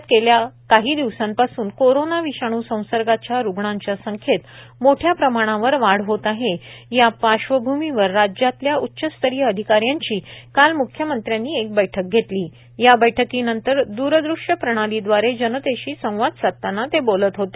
राज्यात गेल्या काही दिवसांपासून कोरोना विषाणू संसर्गाच्या रुग्णांच्या संख्येत मोठ्या प्रमाणावर वाढ होत आहे या पार्श्वभूमीवर राज्यातल्या उच्चस्तरीय अधिकाऱ्यांची काल म्ख्यमंत्र्यांनी एक बैठक घेतली या बैठकीनंतर द्रदृश्य प्रणालीद्वारे जनतेशी संवाद साधताना ते बोलत होते